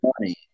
money